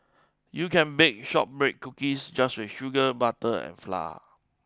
you can bake shortbread cookies just with sugar butter and flour